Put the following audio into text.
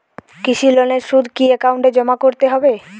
কৃষি লোনের সুদ কি একাউন্টে জমা করতে হবে?